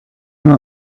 nur